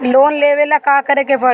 Loan लेबे ला का करे के पड़ी?